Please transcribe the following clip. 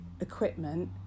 equipment